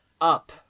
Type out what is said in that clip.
up